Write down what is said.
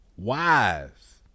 Wives